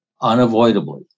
unavoidably